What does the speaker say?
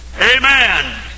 Amen